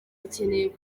bakeneye